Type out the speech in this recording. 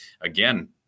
again